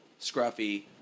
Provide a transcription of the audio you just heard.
Scruffy